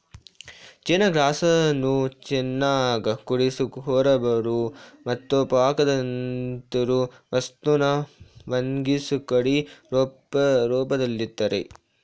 ಚೈನ ಗ್ರಾಸನ್ನು ಚೆನ್ನಾಗ್ ಕುದ್ಸಿ ಹೊರಬರೋ ಮೆತುಪಾಕದಂತಿರೊ ವಸ್ತುನ ಒಣಗ್ಸಿ ಕಡ್ಡಿ ರೂಪ್ದಲ್ಲಿಡ್ತರೆ